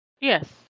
Yes